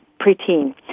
preteen